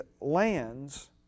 lands